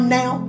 now